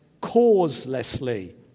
causelessly